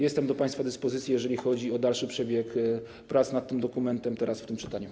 Jestem do państwa dyspozycji, jeżeli chodzi o dalszy przebieg prac nad tym dokumentem, teraz w tym czytaniu.